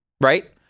right